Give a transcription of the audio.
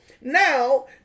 now